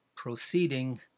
Proceeding